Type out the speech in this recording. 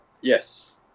yes